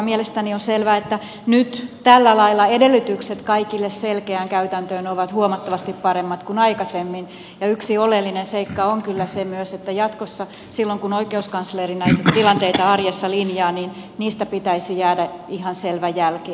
mielestäni on selvää että nyt tällä lailla edellytykset kaikille selkeään käytäntöön ovat huomattavasti paremmat kuin aikaisemmin ja yksi oleellinen seikka on kyllä se myös että jatkossa silloin kun oikeuskansleri näitä tilanteita arjessa linjaa niistä pitäisi jäädä ihan selvä jälki